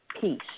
peace